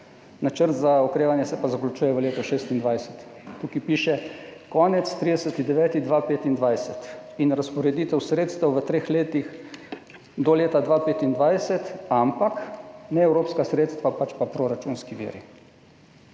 načrt za okrevanje se pa zaključuje v letu 2026. Tukaj piše, da bo konec 30. 9. 2025 in razporeditev sredstev v treh letih do leta 2025, ampak ne evropska sredstva, pač pa proračunski viri,